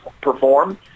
perform